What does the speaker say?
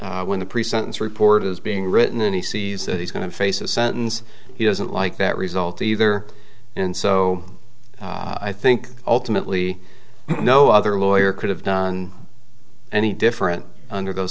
then when the pre sentence report is being written and he sees that he's going to face a sentence he doesn't like that result either and so i think ultimately no other lawyer could have done any different under those